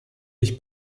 nicht